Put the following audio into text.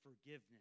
forgiveness